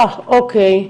אוקי,